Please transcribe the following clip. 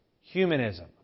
Humanism